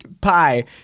pie